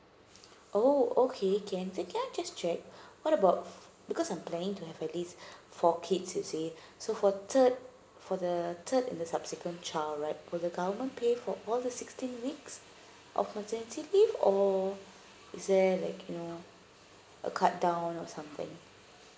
oh okay can then can I just check what about because I'm planning to have at least four kids you see so for third for the the third and the subsequent child right will the government pay for all the sixteen weeks of maternity leave or is there like you know a cut down or something